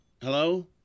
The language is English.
Hello